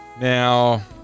Now